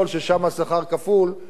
ושם השכר כפול,